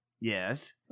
Yes